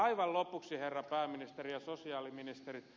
aivan lopuksi herra pääministeri ja sosiaaliministeri